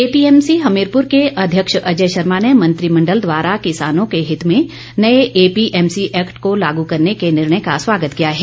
APMC APMC Hamirpur के अध्यक्ष अजय शर्मा ने मंत्रिमंडल द्वारा किसानों के हित में नए एपीएमसी एक्ट को लागू करने के निर्णेय का स्वागत किया है